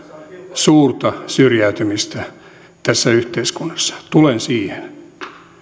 suurta syrjäytymistä tässä yhteiskunnassa tulen siihen